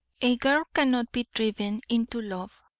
a girl cannot be driven into love.